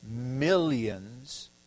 millions